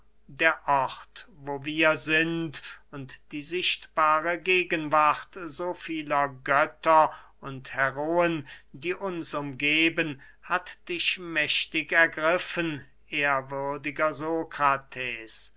der ort wo wir sind und die sichtbare gegenwart so vieler götter und heroen die uns umgeben hat dich mächtig ergriffen ehrwürdiger